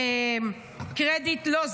לא,